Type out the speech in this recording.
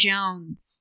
Jones